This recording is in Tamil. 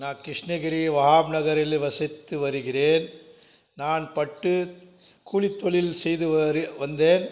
நான் கிருஷ்ணகிரி வஹாப் நகரில் வசித்து வருகிறேன் நான் பட்டு கூலித்தொழில் செய்து வரு வந்தேன்